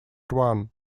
one